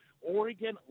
Oregon